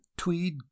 tweed